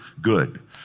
good